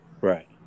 Right